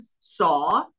saw